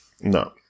No